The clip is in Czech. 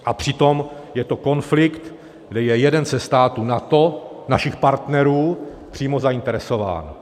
A přitom je to konflikt, kde je jeden ze států NATO, našich partnerů, přímo zainteresován.